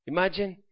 Imagine